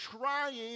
trying